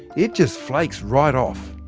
it just flakes right off.